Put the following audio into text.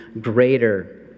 greater